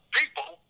people